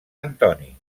antoni